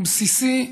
בסיסי,